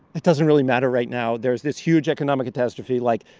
it doesn't really matter right now. there's this huge economic catastrophe. like,